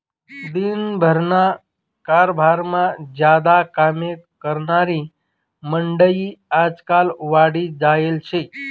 दिन भरना कारभारमा ज्यादा कामे करनारी मंडयी आजकाल वाढी जायेल शे